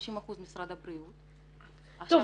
50% משרד הבריאות -- טוב,